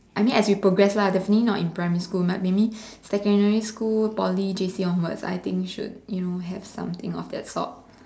I mean as we progress lah definitely not in primary school like maybe secondary school Poly J_C onwards I think should have something of that sort